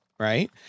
right